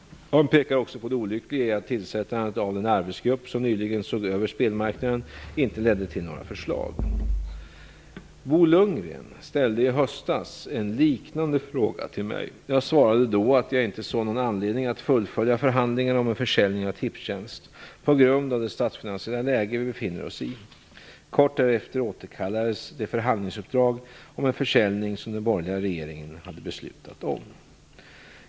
Han pekar också på det olyckliga i att tillsättandet av den arbetsgrupp som nyligen såg över spelmarknaden inte ledde till några förslag. Bo Lundgren ställde i höstas en liknande fråga till mig. Jag svarade då att jag inte såg någon anledning att fullfölja förhandlingarna om en försäljning av Tipstjänst på grund av det statsfinansiella läge vi befinner oss i. Kort därefter återkallades det förhandlingsuppdrag om en försäljning som den borgerliga regeringen hade beslutat om.